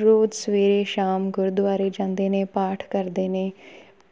ਰੋਜ਼ ਸਵੇਰੇ ਸ਼ਾਮ ਗੁਰਦੁਆਰੇ ਜਾਂਦੇ ਨੇ ਪਾਠ ਕਰਦੇ ਨੇ